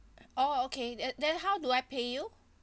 oh okay then then how do I pay you